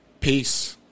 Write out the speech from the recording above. Peace